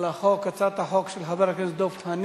אדוני היושב-ראש,